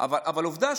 אבל עובדה,